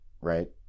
right